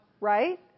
right